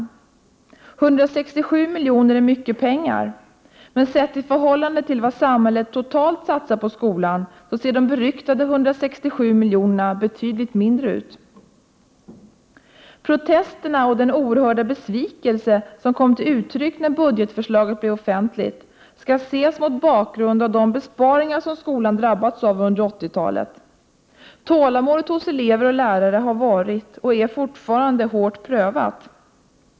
167 miljoner är mycket pengar, men sett i förhållande till vad samhället totalt satsar på skolan ser de beryktade 167 miljonerna betydligt mindre ut. Protesterna och den oerhörda besvikelse som kom till uttryck när budgetförslaget blev offentligt skall ses mot bakgrund av de besparingar som skolan drabbats av under 80-talet. Tålamodet hos elever och lärare har varit, och är fortfarande, hårt prövat.